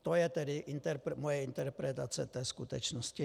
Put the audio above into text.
To je tedy moje interpretace té skutečnosti.